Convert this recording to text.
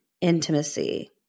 intimacy